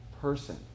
person